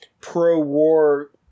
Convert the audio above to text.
pro-war